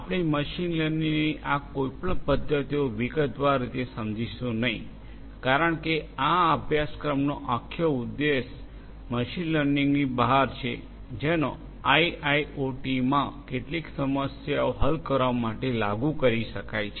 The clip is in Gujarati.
આપણે મશીન લર્નિંગની આ કોઈપણ પદ્ધતિઓ વિગતવાર રીતે સમજીશુ નહીં કારણ કે આ અભ્યાસક્રમનો આખો ઉદ્દેશ્ય મશીન લર્નિંગની બહાર છે જેનો આઇઆઇઓટીમાં કેટલીક સમસ્યાઓ હલ કરવા માટે લાગુ કરી શકાય છે